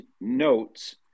notes